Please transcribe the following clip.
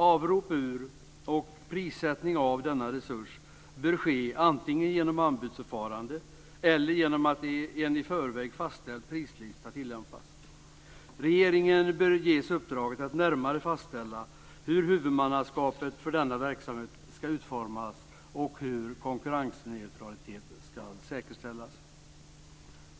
Avrop ur och prissättning av denna resurs bör ske antingen genom anbudsförfarande eller genom att en i förväg fastställd prislista tillämpas. Regeringen bör ges uppdraget att närmare fastställa hur huvudmannaskapet för denna verksamhet ska utformas och hur konkurrensneutralitet ska säkerställas.